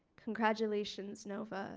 congratulations nova